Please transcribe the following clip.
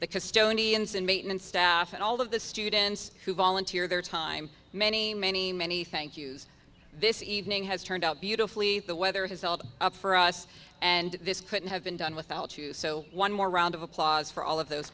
the custodians and maintenance staff and all of the students who volunteer their time many many many thank you's this evening has turned out beautifully the weather has held up for us and this couldn't have been done without you so one more round of applause for all of those